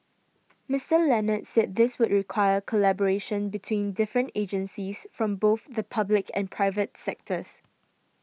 Mister Leonard said this would require collaboration between different agencies from both the public and private sectors